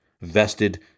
vested